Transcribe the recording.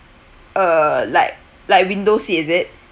uh like like window seat is it